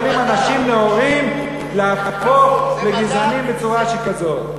איך יכולים אנשים נאורים להפוך לגזענים בצורה שכזאת.